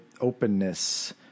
openness